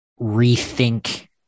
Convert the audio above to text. rethink